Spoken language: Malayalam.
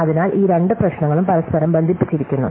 അതിനാൽ ഈ രണ്ട് പ്രശ്നങ്ങളും പരസ്പരം ബന്ധിപ്പിച്ചിരിക്കുന്നു